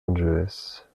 angeles